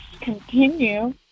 continue